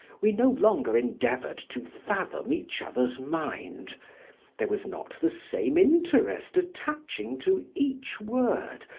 we no longer endeavored to fathom each other's mind there was not the same interest attaching to each word,